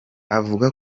avuga